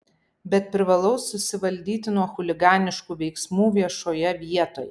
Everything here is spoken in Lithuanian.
bet privalau susivaldyti nuo chuliganiškų veiksmų viešoje vietoje